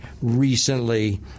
recently